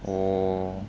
oh